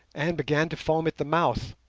and began to foam at the mouth,